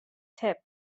tip